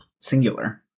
singular